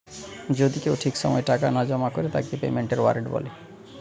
যদি কেউ ঠিক সময় টাকা না জমা করে তাকে পেমেন্টের ওয়ারেন্ট বলে